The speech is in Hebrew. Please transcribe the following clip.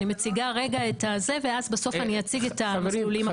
אני מציגה את ובסוף אני אציג את המסלולים החדשים.